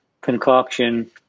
concoction